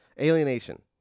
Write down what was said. Alienation